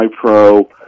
pro